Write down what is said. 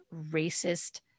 racist